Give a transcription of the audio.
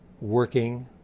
working